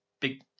big